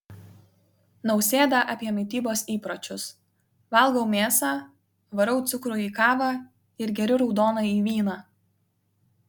nausėda apie mitybos įpročius valgau mėsą varau cukrų į kavą ir geriu raudonąjį vyną